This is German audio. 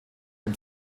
den